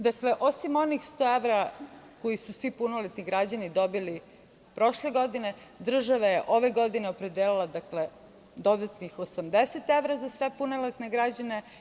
Dakle, osim onih 100 evra koji su svi punoletni građani dobili prošle godine, država je ove godine opredelila dodatnih 80 evra za sve punoletne građane.